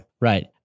right